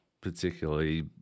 particularly